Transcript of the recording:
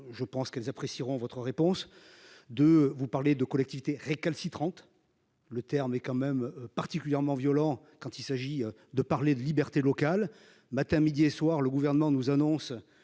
Je pense qu'elles apprécieront votre réponse de vous parler de collectivités récalcitrantes. Le terme est quand même particulièrement violent quand il s'agit de parler de liberté locale, matin, midi et soir, le gouvernement nous annonce